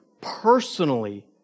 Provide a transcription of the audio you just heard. personally